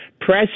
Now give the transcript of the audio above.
press